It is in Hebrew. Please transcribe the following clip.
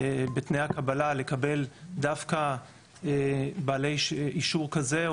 בתנאי הקבלה לקבל דווקא בעלי אישור כזה,